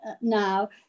now